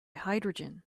hydrogen